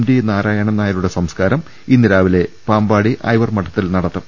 T Narayanan നായ രുടെ സംസ്കാരം ഇന്ന് രാവിലെ പാമ്പാടി ഐവർമഠത്തിൽ നടത്തും